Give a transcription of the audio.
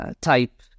type